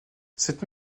cette